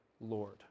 Lord